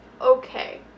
okay